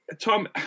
Tom